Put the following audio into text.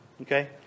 Okay